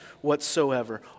whatsoever